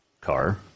car